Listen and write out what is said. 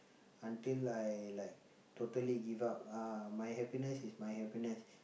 until I like totally give up ah my happiness is my happiness